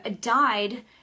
died